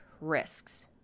risks